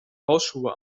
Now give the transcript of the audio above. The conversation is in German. hausschuhe